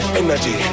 energy